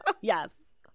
Yes